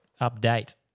update